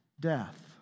death